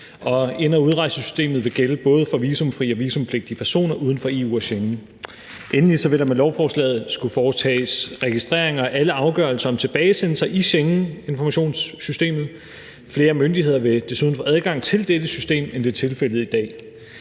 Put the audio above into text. ind- og udrejsesystemet vil gælde både for visumfri og visumpligtige personer uden for EU og Schengen. Endelig vil der med lovforslaget skulle foretages registrering af alle afgørelser om tilbagesendelser i Schengeninformationssystemet. Flere myndigheder vil desuden få adgang til dette system, end det er tilfældet i dag.